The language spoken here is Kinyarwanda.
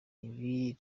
ibi